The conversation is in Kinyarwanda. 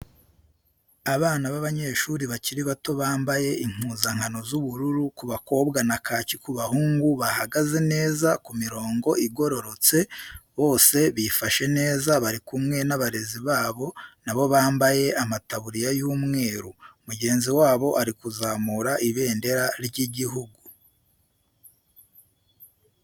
Abana b'abanyeshuri bakiri bato bambaye impuzankano z'ubururu ku bakobwa na kaki ku bahungu bahagaze neza ku mirongo igororotse bose bifashe neza bari kumwe n'abarezi babo nabo bambaye amataburiya y'umweru mugenzi wabo ari kuzamura ibendera ry'igihugu.